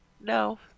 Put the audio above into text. No